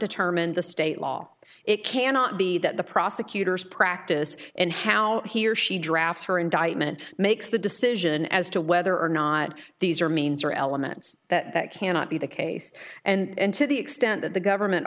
determine the state law it cannot be that the prosecutor's practice and how he or she drafts her indictment makes the decision as to whether or not these are means or elements that that cannot be the case and to the extent that the government